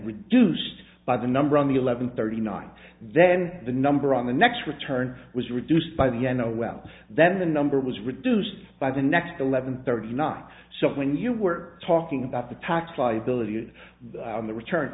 reduced by the number on the eleven thirty nine then the number on the next return was reduced by the end oh well then the number was reduced by the next eleven thirty not so when you were talking about the tax liability and the return